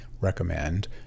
recommend